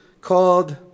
called